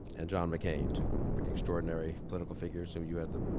and john mccain. two pretty extraordinary political figures who you had the,